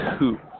two